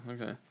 okay